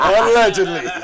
allegedly